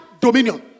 dominion